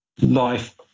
life